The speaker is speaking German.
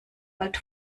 bald